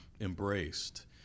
embraced